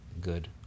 good